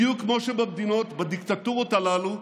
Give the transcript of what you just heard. בדיוק כמו שבמדינות, בדיקטטורות הללו,